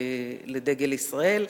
לדגל ישראל,